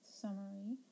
summary